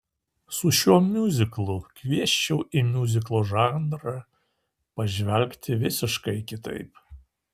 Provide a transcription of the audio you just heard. su šiuo miuziklu kviesčiau į miuziklo žanrą pažvelgti visiškai kitaip